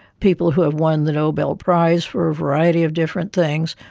people who have won the nobel prize for a variety of different things.